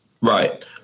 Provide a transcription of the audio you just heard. Right